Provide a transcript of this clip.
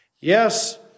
Yes